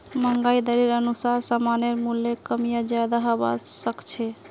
महंगाई दरेर अनुसार सामानेर मूल्य कम या ज्यादा हबा सख छ